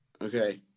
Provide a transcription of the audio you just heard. Okay